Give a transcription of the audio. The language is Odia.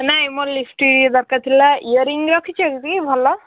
ନାହିଁ ମୋର ଲିପଷ୍ଟିକ୍ ଦରକାର ଥିଲା ଇଅରିଂ ରଖିଛନ୍ତି ଭଲ